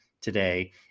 today